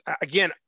again